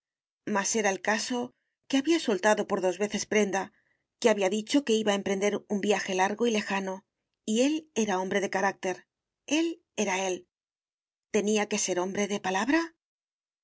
era el caso que había soltado por dos veces prenda que había dicho que iba a emprender un viaje largo y lejano y él era hombre de carácter él era él tenía que ser hombre de palabra